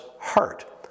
heart